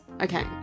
Okay